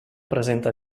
presenta